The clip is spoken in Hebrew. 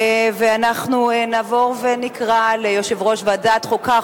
אנחנו נעבור ונקרא ליושב-ראש ועדת חוקה,